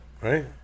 Right